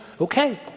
okay